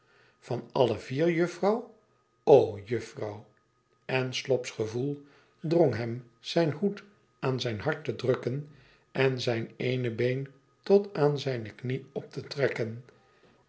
van alle vier juffrouw o juffrouw en slop's gevoel drong hem zijn hoed aan zijn hart te drukken en zijn eene been tot aan zijne luiie op te trekken